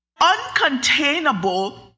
uncontainable